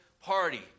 party